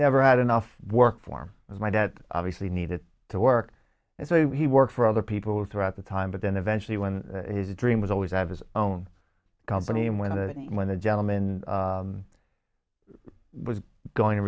never had enough work for him as my dad obviously needed to work and so he worked for other people throughout the time but then eventually when his dream was always at his own company and when the when the gentlemen was going to